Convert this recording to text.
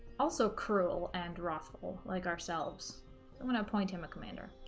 also cruel and wrathful like ourselves and when i point him at commander